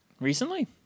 Recently